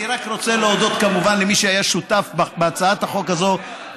אני רק רוצה להודות כמובן למי שהיה שותף בהצעת החוק הזאת,